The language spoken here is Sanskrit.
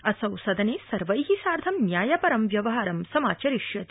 असौ सदने सवैं सार्धं न्यायपर व्यवहारं समाचरिष्यति